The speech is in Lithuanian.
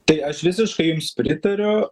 tai aš visiškai jums pritariu